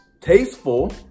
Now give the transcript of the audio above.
tasteful